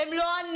הם לא ענו,